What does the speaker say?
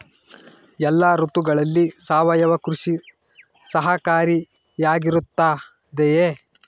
ಎಲ್ಲ ಋತುಗಳಲ್ಲಿ ಸಾವಯವ ಕೃಷಿ ಸಹಕಾರಿಯಾಗಿರುತ್ತದೆಯೇ?